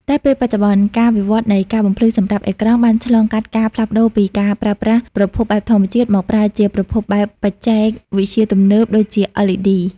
តែពេលបច្ចុប្បន្នការិវត្តន៍នៃការបំភ្លឺសម្រាប់អេក្រង់បានឆ្លងកាត់ការផ្លាស់ប្តូរពីការប្រើប្រាស់ប្រភពបែបធម្មជាតិមកប្រើជាប្រភពបែបច្ចេកវិទ្យាទំនើបដូចជា LED។